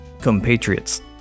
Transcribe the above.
compatriots